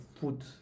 food